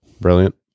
Brilliant